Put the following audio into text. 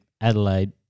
Adelaide